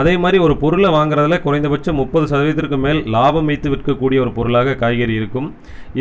அதே மாதிரி ஒரு பொருளை வாங்கிறதுலே குறைந்தபட்சம் முப்பது சதவீதத்திற்கு மேல் லாபம் வைத்து விற்கக்கூடிய ஒரு பொருளாக காய்கறி இருக்கும்